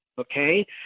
Okay